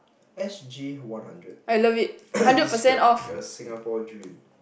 S G one hundred describe your Singapore dream